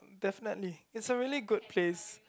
definitely it's a really good place